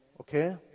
Okay